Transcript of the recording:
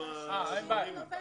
לנובמבר,